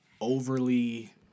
overly